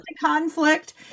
conflict